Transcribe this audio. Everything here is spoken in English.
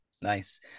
Nice